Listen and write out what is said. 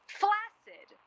flaccid